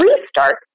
restart